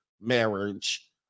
marriage